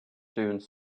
dunes